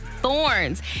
Thorns